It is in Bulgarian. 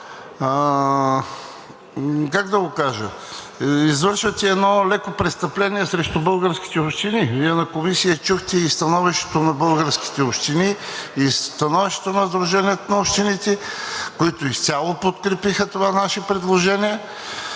как да го кажа, извършвате едно леко престъпление срещу българските общини. Вие на Комисията чухте и становището на българските общини и становището на Сдружението на общините, които изцяло подкрепиха това наше предложение.